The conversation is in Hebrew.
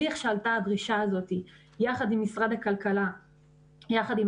כשעלתה הדרישה הזו יחד עם משרד הכלכלה יחד עם